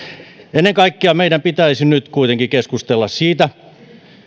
ennen kaikkea meidän pitäisi nyt kuitenkin keskustella siitä